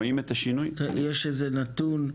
יש איזה נתון?